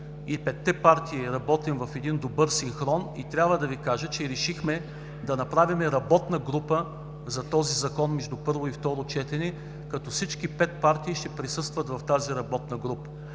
и петте партии работим в добър синхрон. Трябва да Ви кажа, че решихме да направим работна група за този Закон между първо и второ четене, като всички пет партии ще присъстват в тази работна група.